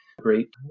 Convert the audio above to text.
great